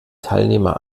teilnehmer